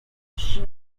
she